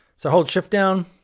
so hold shift down,